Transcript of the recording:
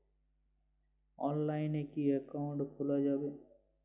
অনলাইনে কি অ্যাকাউন্ট খোলা যাবে?